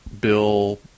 Bill